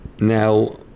Now